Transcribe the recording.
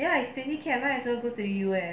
ya it's twenty K I might as well go to U_S